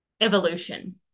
evolution